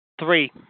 Three